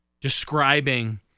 describing